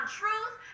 truth